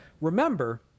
remember